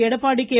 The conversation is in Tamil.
எடப்பாடி கே